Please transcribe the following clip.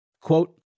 Quote